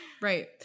Right